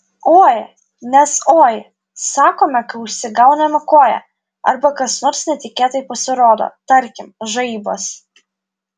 oi nes oi sakome kai užsigauname koją arba kas nors netikėtai pasirodo tarkim žaibas